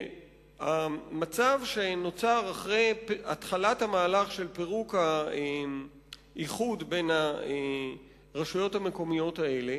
המצב שנוצר אחרי התחלת המהלך של פירוק האיחוד בין הרשויות המקומיות האלה